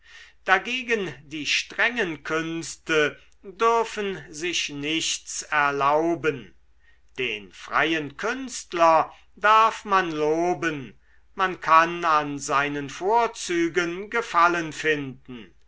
dagegen die strengen künste dürfen sich nichts erlauben den freien künstler darf man loben man kann an seinen vorzügen gefallen finden